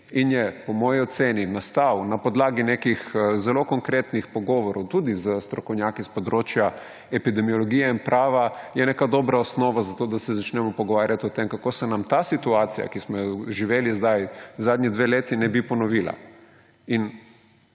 in je po moji oceni nastal na podlagi nekih zelo konkretnih pogovorov tudi s strokovnjaki s področja epidemiologije in prava, je neka dobra osnova za to, da se začnemo pogovarjati o tem, kako se nam ta situacija, ki smo jo živeli sedaj zadnji dve leti, ne bi ponovila.